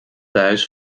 thuis